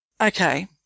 Okay